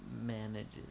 manages